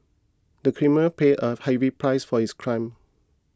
the criminal paid a heavy price for his crime